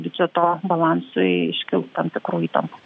biudžeto balansui iškils tam tikrų įtampų